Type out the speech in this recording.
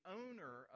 owner